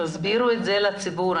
תסבירו את זה לציבור.